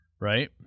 Right